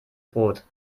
brot